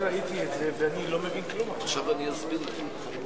חבר